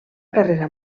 carrera